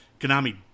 Konami